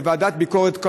בוועדת הביקורת,